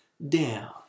down